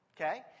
Okay